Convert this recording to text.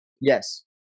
Yes